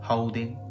Holding